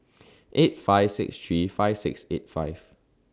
eight five six three five six eight five